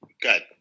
good